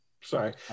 sorry